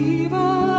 evil